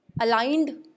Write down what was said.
aligned